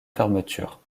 fermeture